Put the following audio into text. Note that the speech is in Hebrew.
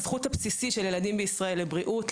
הזכות הבסיסית של ילדים בישראל לבריאות,